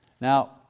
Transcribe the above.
Now